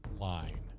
line